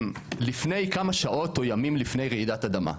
לפני כמה שעות או ימים לפני רעידת אדמה,